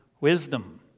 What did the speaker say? wisdom